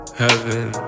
heaven